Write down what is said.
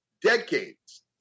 decades